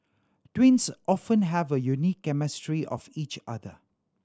twins often have a unique chemistry of each other